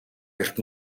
гэрт